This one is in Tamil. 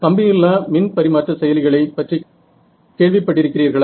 கம்பியில்லா மின் பரிமாற்ற செயலிகளை பற்றி கேள்விப்பட்டிருக்கிறீர்களா